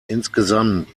insgesamt